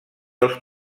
els